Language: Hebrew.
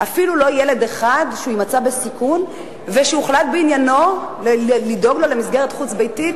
שנמצא בסיכון ושהוחלט בעניינו לדאוג לו למסגרת חוץ-ביתית